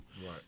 Right